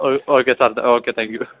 okay sir okay thank you